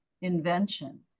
invention